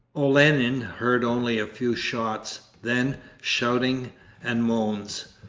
olenin heard only a few shots, then shouting and moans.